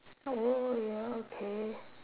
oh ya okay